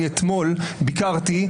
חברת הכנסת קארין אלהרר, אני קורא אותך לסדר.